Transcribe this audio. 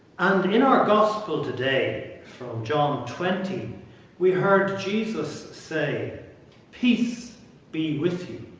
and in our gospel today from john twenty we heard jesus say peace be with